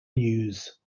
news